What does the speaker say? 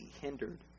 hindered